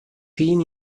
pin